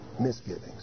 misgivings